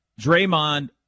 Draymond